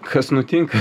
kas nutinka